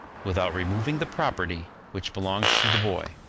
without removing the property which belongs to the boy,